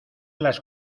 las